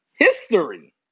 History